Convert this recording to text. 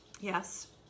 Yes